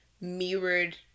mirrored